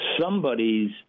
somebody's